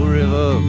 river